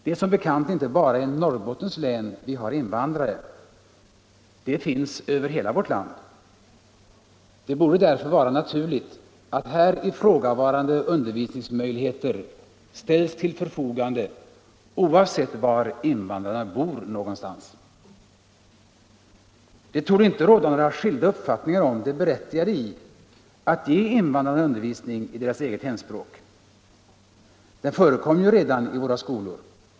Det är som bekant inte bara i Norrbottens län vi har invandrare — de finns över hela vårt land. Det borde därför vara naturligt att här ifrågavarande undervisningsmöjligheter ställs till förfogande oavsett var invandrarna bor någonstans. Det torde inte råda några skilda uppfattningar om det berättigade i att ge invandrarna undervisning i deras eget hemspråk. Den förekommer ju redan i våra skolor.